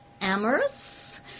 amorous